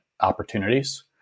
opportunities